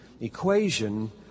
equation